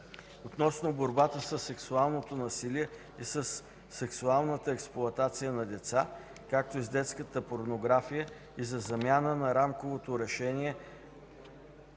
относно борбата със сексуалното насилие и със сексуалната експлоатация на деца, както и с детската порнография и за замяна на Рамково решение